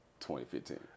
2015